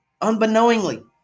unbeknowingly